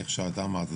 כפי שאמרת,